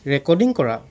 recording কৰা